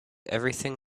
everything